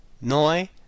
Noi